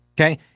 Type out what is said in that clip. Okay